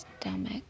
stomach